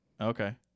Okay